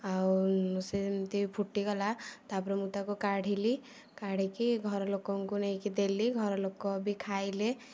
ଆଉ ସିଏ ଯେମିତି ଫୁଟିଗଲା ତା'ପରେ ମୁଁ ତାକୁ କାଢ଼ିଲି କାଢ଼ିକି ଘରଲୋକଙ୍କୁ ନେଇକି ଦେଲି ଘରଲୋକ ବି ଖାଇଲେ